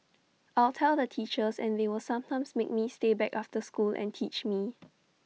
I'll tell the teachers and they will sometimes make me stay back after school and teach me